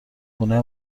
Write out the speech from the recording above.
خونه